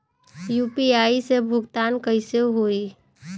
UPI से भुगतान कइसे होहीं?